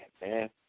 man